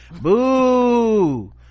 Boo